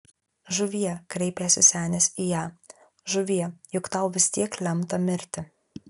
žuvie kreipėsi senis į ją žuvie juk tau vis tiek lemta mirti